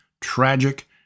tragic